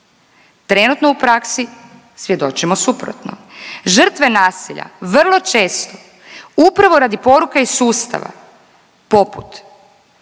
Trenutno u praksi svjedočimo suprotno. Žrtve nasilja vrlo često upravo radi poruka iz sustava poput